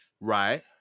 Right